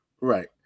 Right